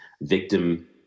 victim